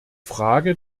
frage